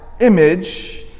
image